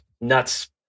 Nuts